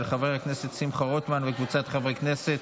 של חבר הכנסת שמחה רוטמן וקבוצת חברי הכנסת,